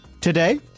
today